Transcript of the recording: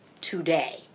today